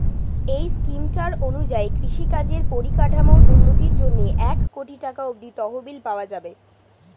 এই স্কিমটার অনুযায়ী কৃষিকাজের পরিকাঠামোর উন্নতির জন্যে এক কোটি টাকা অব্দি তহবিল পাওয়া যাবে